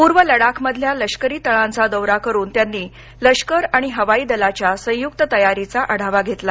पूर्व लडाखमधल्या लष्करी तळांचा दौरा करून त्यांनी लष्कर आणि हवाई दलाच्या संयुक तयारीचा आढावा घेतला